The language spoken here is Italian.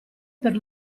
per